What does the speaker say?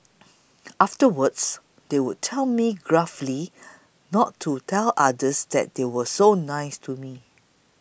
afterwards they would tell me gruffly not to tell others that they were so nice to me